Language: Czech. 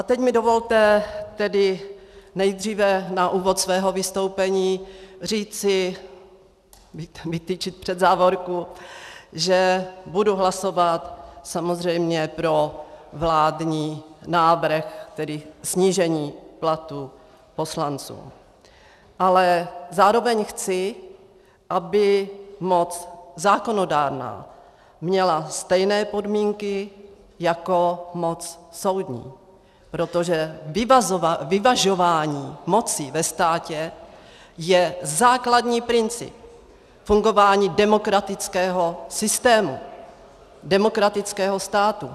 Teď mi dovolte tedy nejdříve na úvod svého vystoupení říci, vytyčit před závorku, že budu hlasovat samozřejmě pro vládní návrh, tedy snížení platů poslanců, ale zároveň chci, aby moc zákonodárná měla stejné podmínky jako moc soudní, protože vyvažování mocí ve státě je základní princip fungování demokratického systému, demokratického státu.